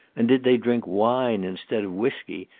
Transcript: and did they drink wine instead of whiskey,